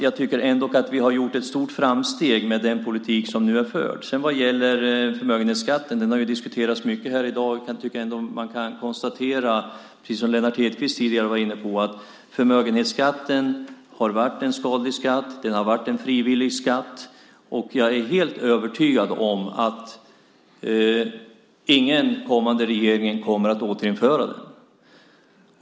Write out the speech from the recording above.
Jag tycker därför att vi ändå har gjort ett stort framsteg med den politik som nu förs. Förmögenhetsskatten har diskuterats mycket här i dag. Men jag tycker att man ändå kan konstatera, precis som Lennart Hedquist tidigare var inne på, att förmögenhetsskatten har varit en skadlig skatt. Det har varit en frivillig skatt. Och jag är helt övertygad om att ingen kommande regering kommer att återinföra den.